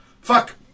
Fuck